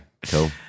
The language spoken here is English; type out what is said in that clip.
Cool